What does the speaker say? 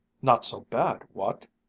not so bad, what?